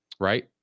Right